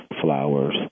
Flowers